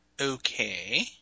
okay